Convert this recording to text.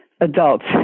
adults